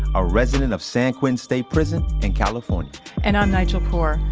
a resident of san quentin state prison in california and i'm nigel poor.